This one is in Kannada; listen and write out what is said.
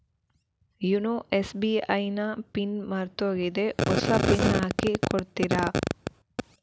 ಯೂನೊ ಎಸ್.ಬಿ.ಐ ನ ಪಿನ್ ಮರ್ತೋಗಿದೆ ಹೊಸ ಪಿನ್ ಹಾಕಿ ಕೊಡ್ತೀರಾ?